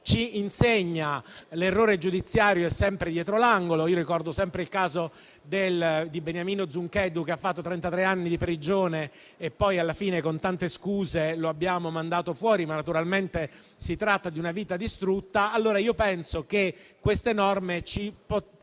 ci insegna, l'errore giudiziario è sempre dietro l'angolo. Ricordo sempre il caso di Beniamino Zuncheddu, che ha trascorso trentatré anni in prigione: alla fine, con tante scuse, lo abbiamo liberato, ma naturalmente si tratta di una vita distrutta. Penso che queste norme ci potrebbero